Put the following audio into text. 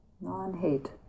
non-hate